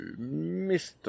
Mr